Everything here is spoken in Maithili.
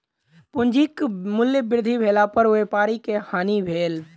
पूंजीक मूल्य वृद्धि भेला पर व्यापारी के हानि भेल